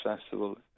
Festival